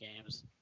games